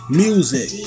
music